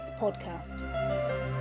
podcast